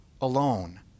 alone